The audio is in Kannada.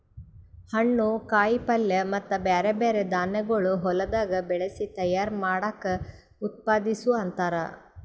ಹಣ್ಣು, ಕಾಯಿ ಪಲ್ಯ ಮತ್ತ ಬ್ಯಾರೆ ಬ್ಯಾರೆ ಧಾನ್ಯಗೊಳ್ ಹೊಲದಾಗ್ ಬೆಳಸಿ ತೈಯಾರ್ ಮಾಡ್ದಕ್ ಉತ್ಪಾದಿಸು ಅಂತಾರ್